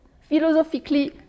Philosophically